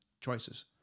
choices